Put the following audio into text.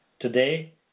today